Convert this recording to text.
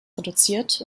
reduziert